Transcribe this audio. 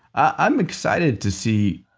i'm excited to see.